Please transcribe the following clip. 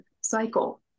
cycle